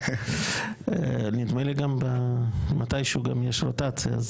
נדמה לי שמתי שהוא יש רוטציה,